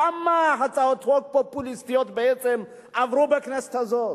כמה הצעות חוק פופוליסטיות עברו בכנסת הזאת?